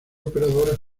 operadores